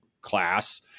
class